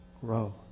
Grow